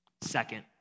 Second